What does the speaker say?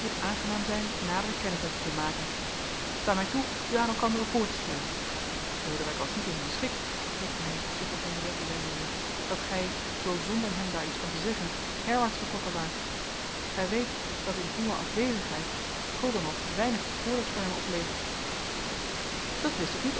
aangenaam zijn nadere kennis met u te maken sta mij toe u aan elkanderen voor te stellen lodewijk was niet in zijn schik vervolgde hij zich tot henriëtte wendende dat gij zoo zonder hem daar iets van te zeggen herwaarts getrokken waart gij weet dat in uwe afwezigheid gildenhof weinig bekoorlijks voor hem oplevert dat wist ik niet